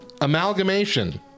amalgamation